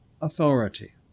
authority